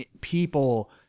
people